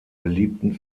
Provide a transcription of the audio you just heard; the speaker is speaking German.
beliebten